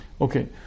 Okay